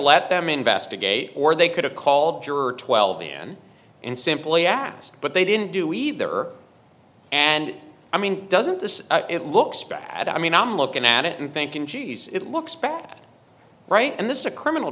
let them investigate or they could have called juror twelve again and simply ask but they didn't do either and i mean doesn't this it looks bad i mean i'm looking at it and thinking geez it looks bad right and this is a criminal